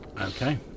Okay